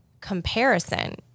comparison